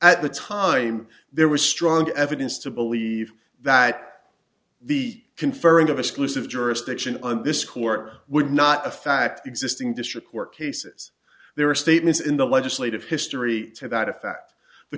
at the time there was strong evidence to believe that the conferring of exclusive jurisdiction on this court would not the fact existing district court cases there are statements in the legislative history to that effect the